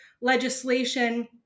legislation